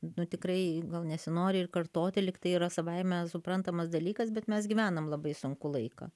nu tikrai gal nesinori ir kartoti lygtai yra savaime suprantamas dalykas bet mes gyvenam labai sunkų laiką